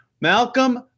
Malcolm